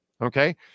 okay